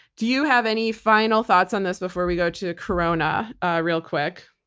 do you have any final thoughts on this before we go to corona ah real quick?